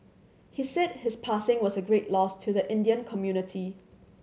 he said his passing was a great loss to the Indian community